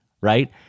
right